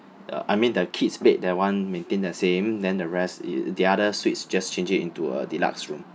uh I mean the kids bed that [one] maintain the same then the rest is the other suites just change it into a deluxe room